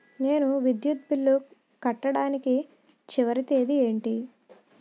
నేను విద్యుత్ బిల్లు కట్టడానికి చివరి తేదీ ఏంటి?